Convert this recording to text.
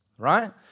right